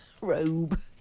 robe